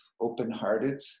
open-hearted